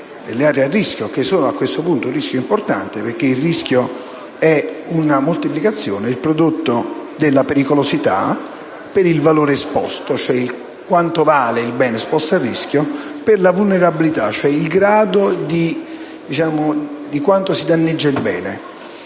aree a rischio a questo punto si tratta di un rischio importante, perché il rischio è una moltiplicazione: è il prodotto della pericolosità per il valore esposto (cioè quanto vale il bene esposto a rischio moltiplicato la vulnerabilità, cioè il grado di quanto si danneggia il bene).